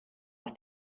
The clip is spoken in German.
auf